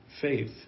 Faith